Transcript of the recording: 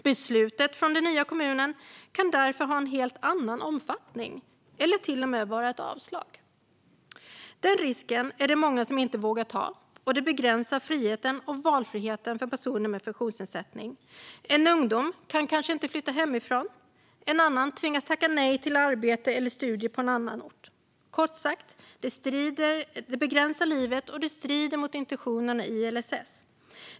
Beslutet från den nya kommunen kan därför ha en helt annan omfattning eller till och med vara ett avslag. Den risken är det många som inte vågar ta, och det begränsar friheten och valfriheten för personer med funktionsnedsättning. En ungdom kan kanske inte flytta hemifrån. En annan tvingas tacka nej till arbete eller studier på annan ort. Kort sagt begränsar det livet och strider mot intentionen i LSS.